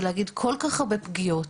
כל כך הרבה פגיעות,